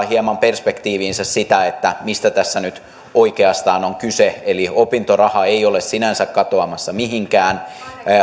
hieman perspektiiviin sitä sitä mistä tässä nyt oikeastaan on kyse eli opintoraha ei ole sinänsä katoamassa mihinkään